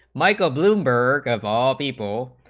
michael bloomberg of all people